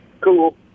cool